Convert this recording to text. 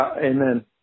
Amen